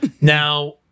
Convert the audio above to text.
Now